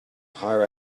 hire